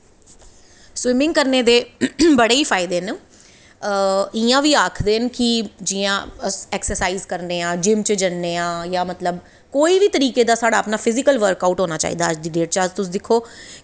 swimming करने दे बड़े ई फायदे न इंया बी आक्खदे न की जियां अस एक्सरसाईज करने आं जिम च जन्ने आं जां मतलब कोई बी तरीकै दा सलाढ़ा अपना फिजीकल वर्कआऊट होना चाहिदा अज्ज दी डेट च तुस दिक्खो